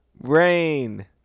Rain